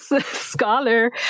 scholar